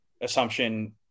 assumption